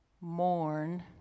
mourn